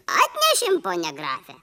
atnešėm pone grafe